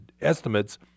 estimates